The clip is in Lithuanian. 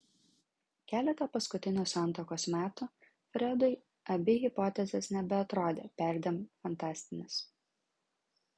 keletą paskutinių santuokos metų fredui abi hipotezės nebeatrodė perdėm fantastinės